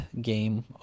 game